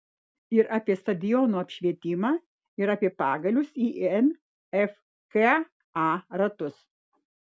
ir apie stadionų apšvietimą ir apie pagalius į nfka ratus